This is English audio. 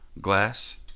glass